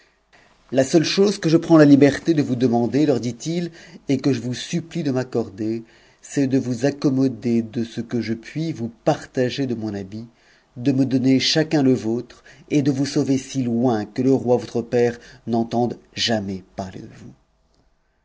la seule chose que je prends la liberté de vous demander leur dit it et que je vous supplie de m'accorder c'est de vous accommoder de ce que je puis vous partager de mon ha de me donner chacun le vôtre et de vous sauver si loin que le roi père n'entende jamais parter